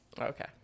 Okay